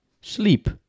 Sleep